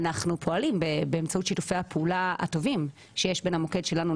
אנחנו פועלים באמצעות שיתופי פעולה הטובים שיש בין המוקד שלנו,